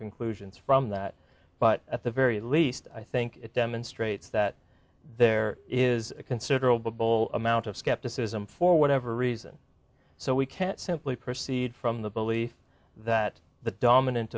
conclusions from that but at the very least i think it demonstrates that there is a considerable amount of skepticism for whatever reason so we can't simply proceed from the belief that the dominant